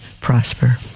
prosper